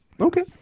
Okay